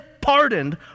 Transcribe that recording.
pardoned